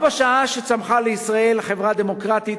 בה בשעה שצמחה בישראל חברה דמוקרטית,